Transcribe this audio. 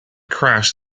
crash